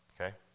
Okay